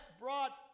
brought